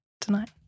tonight